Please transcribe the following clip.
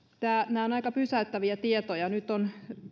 nämä ovat aika pysäyttäviä tietoja nyt on